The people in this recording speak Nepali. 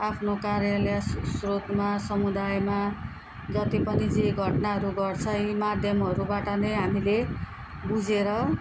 आफ्नो कार्यालय श्रोतमा समुदायमा जति पनि जे घटनाहरू घट्छ यी माध्यमहरूबाट नै हामीले बुझेर